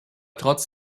trotz